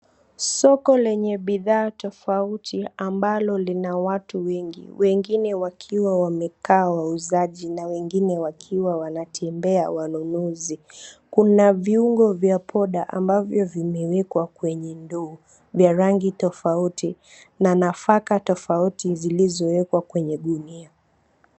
Soko lenye bidhaa tofauti ambalo lina watu wengi wengine wakiwa wamekaa wauzaji na wengine wakiwa wanatembea wanunuzi, kuna viungo vya poda ambavyo vimewekwa kwenye ndoo vya rangi tofauti na nafaka tofauti zilizowekwa kwenye gunia.